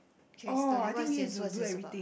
okay study what is this what is this about